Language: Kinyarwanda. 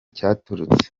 cyaturutse